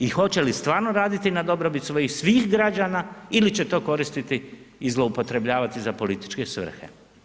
I hoće li stvarno raditi na dobrobit svojih svih građana ili će to koristiti i zloupotrebljavati za političke svrhe.